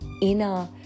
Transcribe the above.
inner